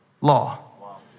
law